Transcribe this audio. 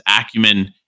acumen